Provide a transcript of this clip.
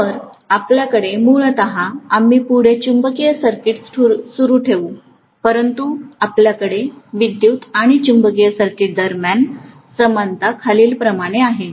तर आपल्याकडे मूलत आम्ही पुढे चुंबकीय सर्किट्स सुरू ठेवू परंतु आपल्याकडे विद्युत् आणि चुंबकीय सर्किट दरम्यान समानता खालीलप्रमाणे आहे